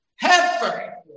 heifer